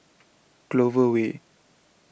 Clover Way